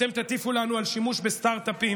אתם תטיפו לנו על שימוש בסטרטאפים?